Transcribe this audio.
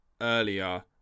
earlier